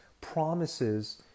promises